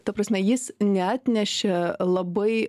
ta prasme jis neatnešė labai